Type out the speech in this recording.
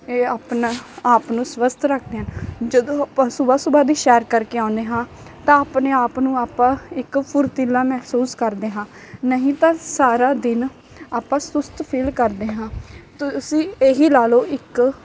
ਇਹ ਆਪਣਾ ਆਪ ਨੂੰ ਸਵਸਥ ਰੱਖਦੇ ਹਨ ਜਦੋਂ ਆਪਾਂ ਸੁਬਹਾ ਸੁਬਹਾ ਦੀ ਸੈਰ ਕਰਕੇ ਆਉਂਦੇ ਹਾਂ ਤਾਂ ਆਪਣੇ ਆਪ ਨੂੰ ਆਪਾਂ ਇੱਕ ਫੁਰਤੀਲਾ ਮਹਿਸੂਸ ਕਰਦੇ ਹਾਂ ਨਹੀਂ ਤਾਂ ਸਾਰਾ ਦਿਨ ਅਪਾ ਸੁਸਤ ਫੀਲ ਕਰਦੇ ਹਾਂ ਤੁਸੀਂ ਇਹ ਹੀ ਲਾ ਲਿਓ ਇੱਕ